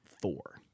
four